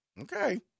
Okay